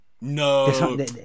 No